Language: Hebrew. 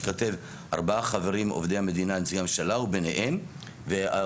שייכתב ארבעה חברים עובדי המדינה נציגי הממשלה וביניהם ---.